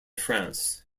france